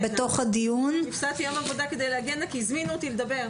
כי המטרה שלנו כאן היא לבנות